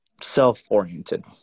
self-oriented